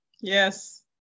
Yes